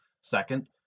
Second